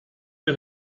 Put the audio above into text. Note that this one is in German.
der